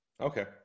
Okay